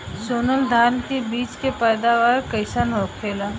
सोनम धान के बिज के पैदावार कइसन होखेला?